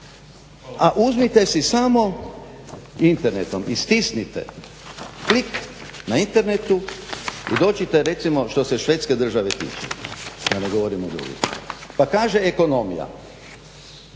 A uzmite si samo internetom i stisnite klik na internetu i doći ćete recimo što se Švedske države tiče, da ne govorim